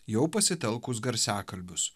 jau pasitelkus garsiakalbius